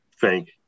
thank